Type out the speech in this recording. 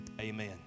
amen